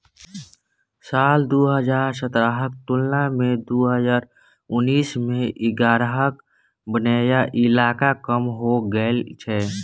साल दु हजार सतरहक तुलना मे दु हजार उन्नैस मे आगराक बनैया इलाका कम हो गेल छै